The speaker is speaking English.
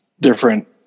different